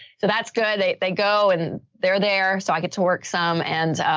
so that's good. they they go and they're there. so i get to work some and,